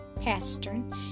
pastern